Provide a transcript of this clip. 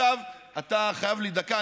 אתה חייב לי דקה.